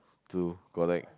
to correct